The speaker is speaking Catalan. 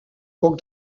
poc